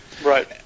Right